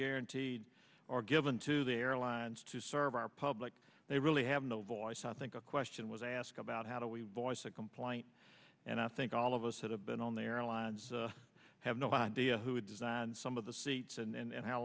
guaranteed or given to the airlines to serve our public they really have no voice i think a question was asked about how do we as a compliant and i think all of us that have been on the airlines have no idea who designed some of the seats and